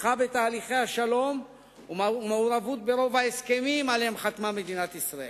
תמיכה בתהליכי השלום ומעורבות ברוב ההסכמים שעליהם חתמה מדינת ישראל.